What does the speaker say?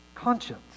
conscience